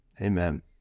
Amen